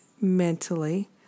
mentally